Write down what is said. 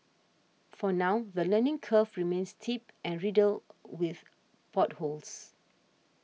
for now the learning curve remains steep and riddled with potholes